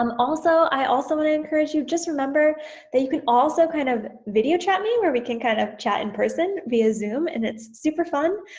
um also i also wanna encourage you just remember that you can also kind of video chat me where we can kind of chat in person via zoom, and it's super fun,